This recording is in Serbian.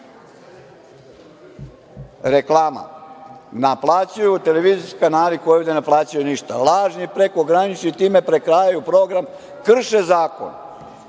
evra naplaćuju televizijski kanali koji ovde ne plaćaju ništa. Lažni prekogranični i time prekrajaju program, krše zakon